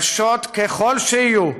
קשות ככל שיהיו,